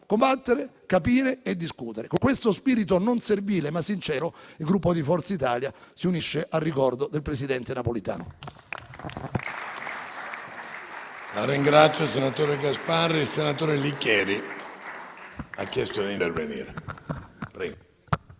combattere, discutere e capirsi. Con questo spirito non servile, ma sincero, il Gruppo Forza Italia si unisce al ricordo del presidente Napolitano.